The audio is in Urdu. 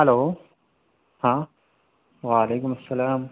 ہلو ہاں وعلیکم السّلام